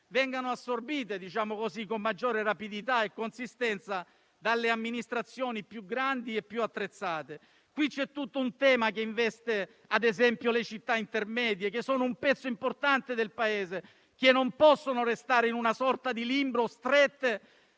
vengano assorbite - diciamo così - con maggiore rapidità e consistenza dalle amministrazioni più grandi e più attrezzate. Qui c'è tutto un tema che investe, ad esempio, le città intermedie, che sono un pezzo importante del Paese, che non possono restare in una sorta di limbo, strette